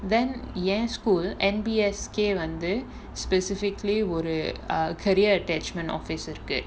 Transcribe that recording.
then என்:en school N_B_S_K வந்து:vanthu specifically ஒரு:oru ah career attachment officers கு:ku